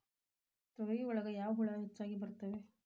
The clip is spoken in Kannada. ತೊಗರಿ ಒಳಗ ಯಾವ ಹುಳ ಹೆಚ್ಚಾಗಿ ಬರ್ತವೆ?